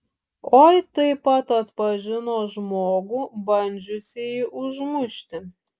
oi taip pat atpažino žmogų bandžiusįjį užmušti